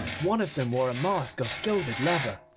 one of them wore a mask of gilded leather.